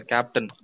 Captain